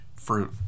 fruit